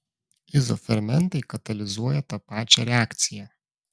izofermentai katalizuoja tą pačią reakciją